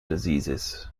diseases